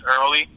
early